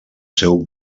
seu